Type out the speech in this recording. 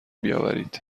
بیاورید